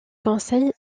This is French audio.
conseil